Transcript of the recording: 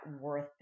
worth